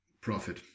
profit